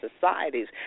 societies